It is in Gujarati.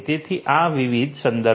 તેથી આ વિવિધ સંદર્ભો છે